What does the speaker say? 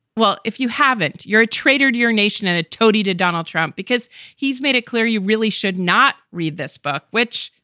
well, if you haven't, you're a traitor to your nation and a toady to donald trump because he's made it clear you really should not read this book. which,